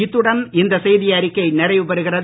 இத்துடன் இந்த செய்திஅறிக்கை நிறைவுபெறுகிறது